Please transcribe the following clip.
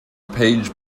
page